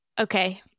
okay